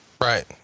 Right